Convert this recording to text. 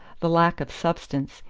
the lack of substance,